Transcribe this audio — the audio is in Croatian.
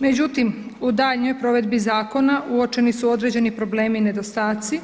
Međutim, u daljnjoj provedbi Zakona uočeni su određeni problemi i nedostaci